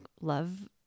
love